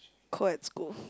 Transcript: co-ed school